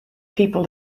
people